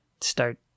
start